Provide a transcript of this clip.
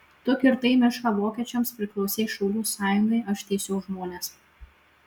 tu kirtai mišką vokiečiams priklausei šaulių sąjungai aš teisiau žmones